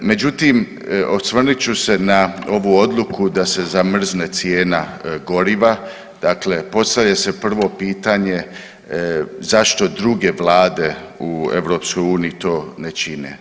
Međutim, osvrnut ću se na ovu odluku da se zamrzne cijena goriva, dakle postavlja se prvo pitanje zašto druge vlade u EU to ne čine?